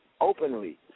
openly